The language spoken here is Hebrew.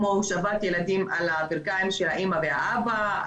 כמו הושבת ילדים על הברכיים של האימא והאבא,